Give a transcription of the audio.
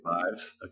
fives